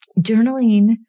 journaling